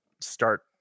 start